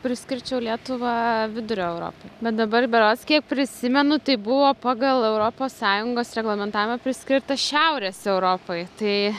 priskirčiau lietuvą vidurio europ bet dabar berods kiek prisimenu tai buvo pagal europos sąjungos reglamentavimą priskirta šiaurės europai tai